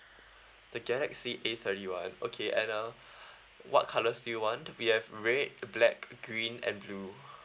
the galaxy A thirty one okay and uh what colours do you want we have red black green and blue